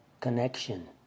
Connection